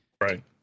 Right